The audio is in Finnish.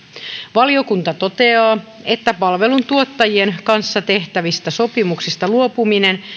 valiokunta toteaa että palveluntuottajien kanssa tehtävistä sopimuksista luopuminen